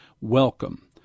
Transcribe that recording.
welcome